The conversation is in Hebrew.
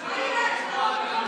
אתם לא יכולים